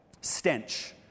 stench